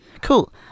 cool